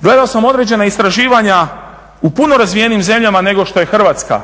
Gledao samo određena istraživanja u puno razvijenijim zemljama nego što je Hrvatska,